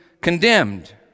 condemned